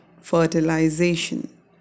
fertilization